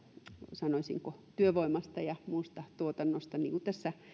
sanoisinko työvoimasta ja muusta tuotannosta niin kuin tässä